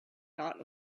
dot